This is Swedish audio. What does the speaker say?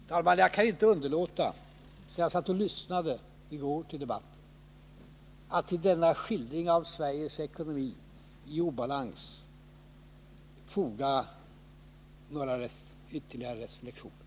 Herr talman! Jag kan inte underlåta, efter att i går ha lyssnat till debatten, att till denna skildring av Sveriges ekonomi i obalans foga några ytterligare reflexioner.